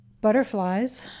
butterflies